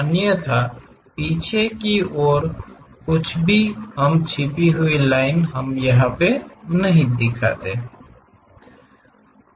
अन्यथा पीछे की ओर की कुछ भी हम छिपी हुई लाइनों हम नहीं दिखाते हैं